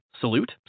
Salute